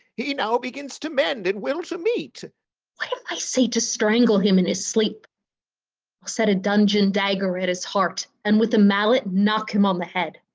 he now begins to mend, and will to meat. what if i say to strangle him in his sleep? i'll set a dudgeon dagger at his heart, and with a mallet knock him on the head.